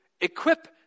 equip